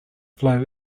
flow